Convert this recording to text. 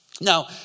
Now